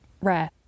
rare